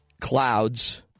clouds